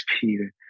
Peter